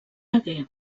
hagué